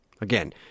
Again